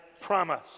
promise